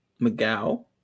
McGow